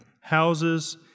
houses